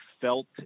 felt